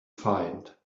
find